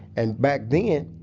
and, back then,